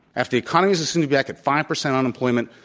after the economy is is back at five percent unemployment,